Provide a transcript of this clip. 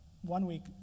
one-week